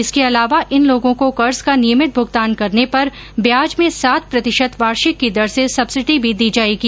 इसके अलावा इन लोगों को कर्ज का नियमित भुगतान करने पर ब्याज में सात प्रतिशत वार्षिक की दर से सब्सिडी भी दी जाएगी